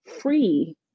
free